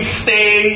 stay